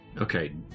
Okay